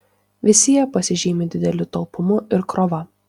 visi jie pasižymi dideliu talpumu ir krova